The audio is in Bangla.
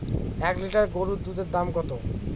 এক লিটার গরুর দুধের দাম কত?